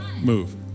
move